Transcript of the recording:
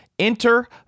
Enter